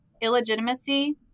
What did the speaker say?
illegitimacy